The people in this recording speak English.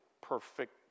perfect